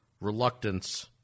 reluctance